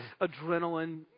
adrenaline